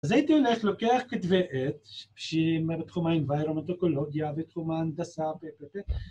אז הייתי הולך לוקח כתבי עת בתחום environment, הטופולוגיה ותחום ההנדסה